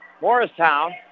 Morristown